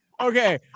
Okay